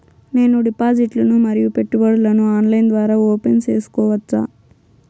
నేను డిపాజిట్లు ను మరియు పెట్టుబడులను ఆన్లైన్ ద్వారా ఓపెన్ సేసుకోవచ్చా?